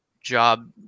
job